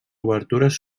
obertures